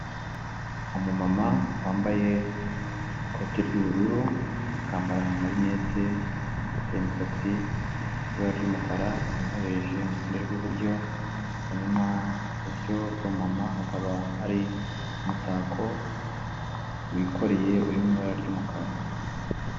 Umumama, wambaye ikote ry'ubururu, akambara amarineti, afite imisatsi ibara ry'umukara inyoreje iruhande rw'iburyo, hanyuma iburyo bw' iruhande rw'umumama, hakaba hari umutako wikoreye uri mu ibara ry'umukara.